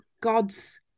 God's